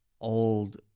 old